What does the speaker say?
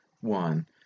one